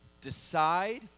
decide